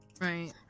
Right